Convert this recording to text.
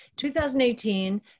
2018